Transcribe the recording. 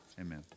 amen